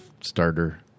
starter